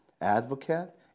advocate